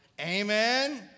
Amen